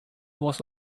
was